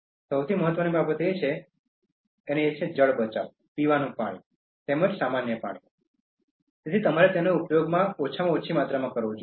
સૌથી મહત્વની બાબત એ છે કે જળ બચાવ પીવાનું પાણી તેમજ સામાન્ય પાણી તેથી તમારે તેનો ઉપયોગ ઓછામાં ઓછી જરૂરી માત્રામાં કરવો જોઈએ